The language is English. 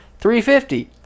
3.50